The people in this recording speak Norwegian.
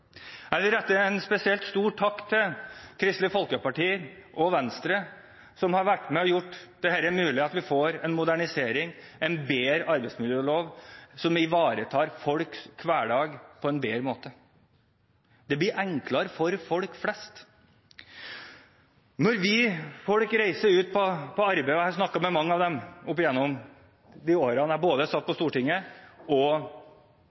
Jeg vil rette en spesielt stor takk til Kristelig Folkeparti og Venstre som har vært med og gjort det mulig at vi får en modernisering, en bedre arbeidsmiljølov, som ivaretar folks hverdag på en bedre måte. Det blir enklere for folk flest. Folk reiser ut på arbeid – og jeg har snakket med mange av dem både opp igjennom de årene jeg satt på Stortinget og